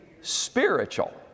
spiritual